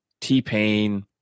T-Pain